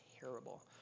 terrible